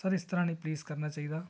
sir ਇਸ ਤਰ੍ਹਾਂ ਨਹੀਂ ਪਲੀਸ ਕਰਨਾ ਚਾਹੀਦਾ